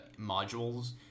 modules